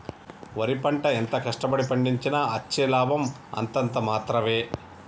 వరి పంట ఎంత కష్ట పడి పండించినా అచ్చే లాభం అంతంత మాత్రవే